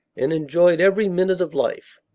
and enjoyed every minute of life.